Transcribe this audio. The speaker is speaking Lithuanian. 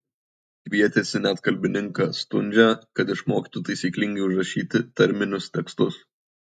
kvietėsi net kalbininką stundžią kad išmokytų taisyklingai užrašyti tarminius tekstus